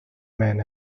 man